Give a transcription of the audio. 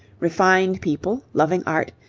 refined people, loving art,